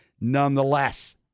nonetheless